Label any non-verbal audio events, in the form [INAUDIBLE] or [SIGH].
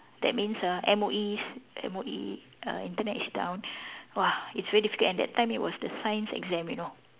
that means ah M_O_E s~ M_O_E uh Internet is down [BREATH] !wah! it's very difficult and that time it was the science exam you know